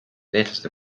eestlaste